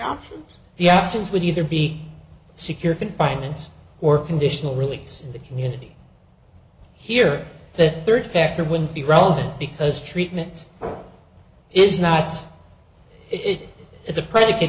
options the options would either be secure confinement or conditional release in the community here the third factor would be relevant because treatment is not it is a predi